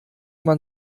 man